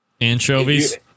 Anchovies